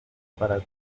para